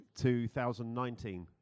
2019